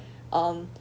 um